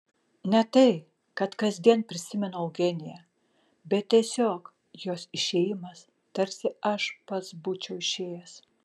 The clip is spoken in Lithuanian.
ne tai kad kasdien prisimenu eugeniją bet tiesiog jos išėjimas tarsi aš pats būčiau išėjęs